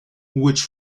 which